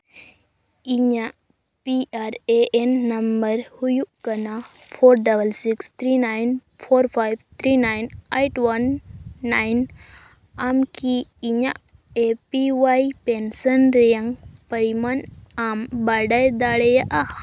ᱤᱧᱟᱹᱜ P R A N number ᱦᱩᱭᱩᱜ ᱠᱟᱱᱟ four double six three nine four five three nine eight one nine ᱟᱢ ᱠᱤ ᱤᱧᱟᱹᱜ ᱮᱹ ᱯᱤ ᱚᱣᱟᱭ ᱯᱮᱱᱥᱮᱱ ᱨᱮᱭᱟᱝ ᱯᱟᱨᱤᱢᱟᱱ ᱟᱢ ᱵᱟᱰᱟᱭ ᱫᱟᱲᱮᱭᱟᱜᱼᱟ